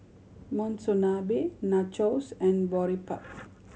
Monsunabe Nachos and Boribap